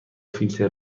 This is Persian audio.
فیلتر